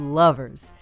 lovers